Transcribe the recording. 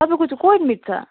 तपाईँको चाहिँ को एडमिट छ